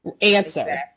answer